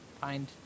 find